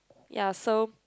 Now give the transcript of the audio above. ya so